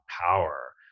power